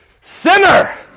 sinner